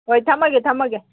ꯍꯣꯏ ꯊꯝꯃꯒꯦ ꯊꯝꯃꯒꯦ